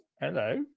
hello